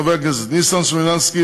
חברי הכנסת ניסן סלומינסקי,